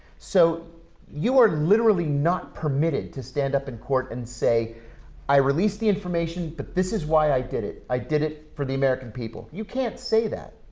so you are literally not permitted to stand up in court and say i released the information but this is why i did it. i did it for the american people. you can't say that.